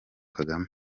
kagame